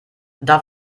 darf